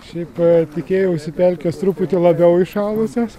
šiaip tikėjausi pelkės truputį labiau įšalusios